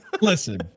Listen